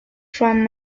from